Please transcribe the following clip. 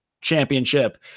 championship